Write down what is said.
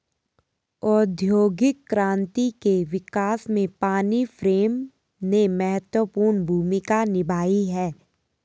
औद्योगिक क्रांति के विकास में पानी फ्रेम ने महत्वपूर्ण भूमिका निभाई है